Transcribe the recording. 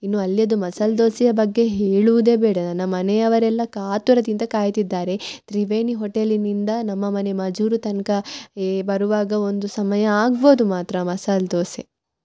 ಇನ್ನು ಅಲ್ಲಿಯದು ಮಸಾಲ ದೋಸೆಯ ಬಗ್ಗೆ ಹೇಳುವುದೆ ಬೇಡ ನನ್ನ ಮನೆಯವರೆಲ್ಲ ಕಾತುರದಿಂದ ಕಾಯ್ತಿದ್ದಾರೆ ತ್ರಿವೇಣಿ ಹೊಟೇಲಿನಿಂದ ನಮ್ಮ ಮನೆ ಮಜೂರು ತನಕ ಏ ಬರುವಾಗ ಒಂದು ಸಮಯ ಆಗ್ಬೋದು ಮಾತ್ರ ಮಸಾಲ ದೋಸೆ